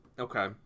Okay